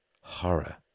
horror